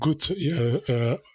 good